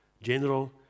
general